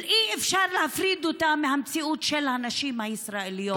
אי-אפשר להפריד אותה מהמציאות של הנשים הישראליות.